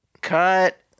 Cut